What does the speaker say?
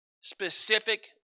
specific